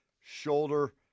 shoulder